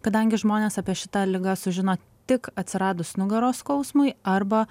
kadangi žmonės apie šitą ligą sužino tik atsiradus nugaros skausmui arba